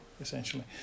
essentially